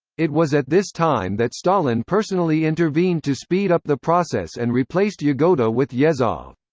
it was at this time that stalin personally intervened to speed up the process and replaced yagoda with yezhov.